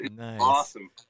Awesome